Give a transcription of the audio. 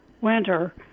winter